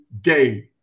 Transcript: day